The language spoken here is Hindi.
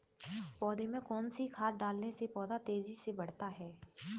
पौधे में कौन सी खाद डालने से पौधा तेजी से बढ़ता है?